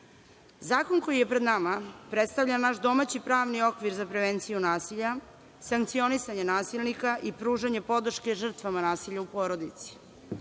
koji je pred nama predstavlja naš domaći pravni okvir za prevenciju nasilja, sankcionisanje nasilnika i pružanje podrške žrtvama nasilja u porodici.